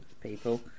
people